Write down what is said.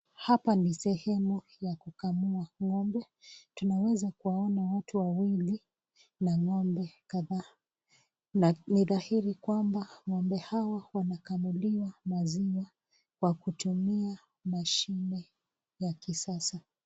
Hapa ni sehemu ya kukamua ng'ombe. Tunaweza kuwaona watu wawili na ng'ombe kadhaa. Na ni dhahiri kwamba ng'ombe hawa wanakamuliwa maziwa kwa kutumia mashine ya kisasa.